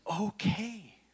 okay